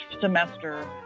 semester